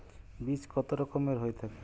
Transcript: বীজ কত রকমের হয়ে থাকে?